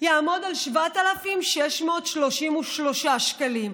יעמוד על 7,633 שקלים,